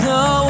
no